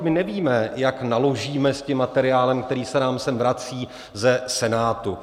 My nevíme, jak naložíme s tím materiálem, který se nám sem vrací ze Senátu.